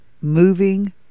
moving